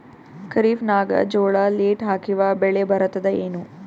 ಖರೀಫ್ ನಾಗ ಜೋಳ ಲೇಟ್ ಹಾಕಿವ ಬೆಳೆ ಬರತದ ಏನು?